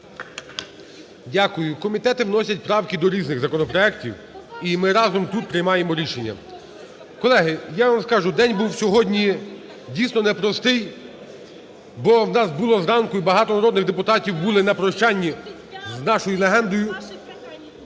Дякую. Комітети вносять правки до різних законопроектів, і ми разом тут приймаємо рішення. Колеги, я вам скажу, день був сьогодні, дійсно, непростий, бо в нас було зранку… багато народних депутатів були на прощанні з нашою легендою,